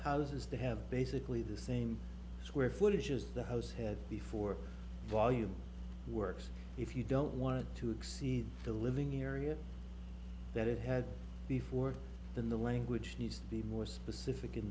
houses that have basically the same square footage as the house had before volume works if you don't want to exceed the living area that it had before then the language needs to be more specific in